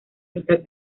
mitad